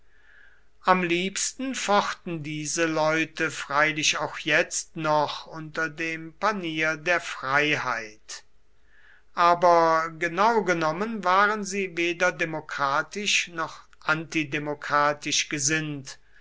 am liebsten fochten diese leute freilich auch jetzt noch unter dem panier der freiheit aber genau genommen waren sie weder demokratisch noch antidemokratisch gesinnt